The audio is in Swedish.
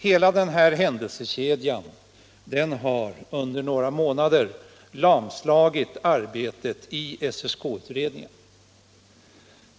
Hela denna händelsekedja har under några månader lamslagit arbetet i SSK-utredningen.